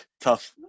tough